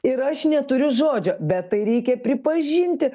ir aš neturiu žodžio bet tai reikia pripažinti